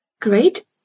Great